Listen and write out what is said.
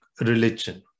religion